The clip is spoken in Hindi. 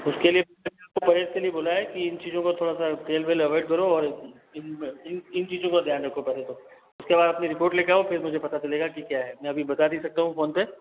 उसके लिए मैंने आपको परहेज के लिए बोला है कि इन चीज़ों का थोड़ा सा तेल वेल अवॉइड करो और इन चीज़ों का ध्यान रखो पहले तो उसके बाद में रिपोर्ट लेकर आओ फिर मुझे पता चलेगा कि क्या है मैं अभी बता नहीं सकता हूँ फोन पर